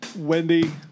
Wendy